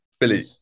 Billy